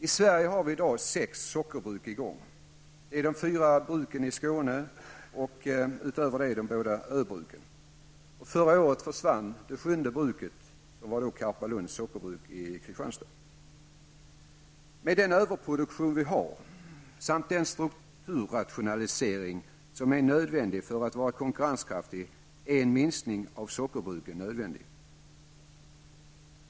I Sverige har vi i dag sex sockerbruk i gång, nämligen utöver de båda öbruken också fyra bruk i Med tanke på den överproduktion som vi har samt den strukturrationalisering som är nödvändig för upprätthållande av konkurrenskraften är en minskning av antalet sockerbruk nödvändig.